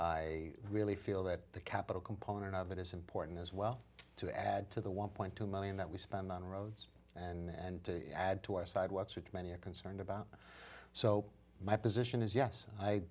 i really feel that the capital component of it is important as well to add to the one point two million that we spend on roads and add to our sidewalks which many are concerned about so my position is yes i